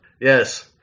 yes